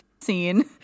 scene